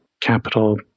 capital